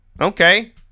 Okay